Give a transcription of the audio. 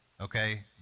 okay